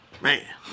Man